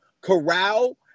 corral